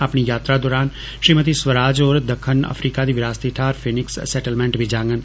अपनी यात्रा दरान श्रीमति स्वराज होर दक्खन अफ्रीका दी विरासती थाहर फीनिक्स सैटलमेंट बी जांडन